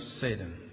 Satan